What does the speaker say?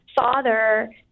father